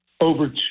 over